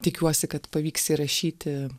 tikiuosi kad pavyks įrašyti